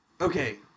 okay